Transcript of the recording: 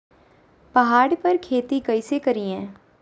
पहाड़ पर खेती कैसे करीये?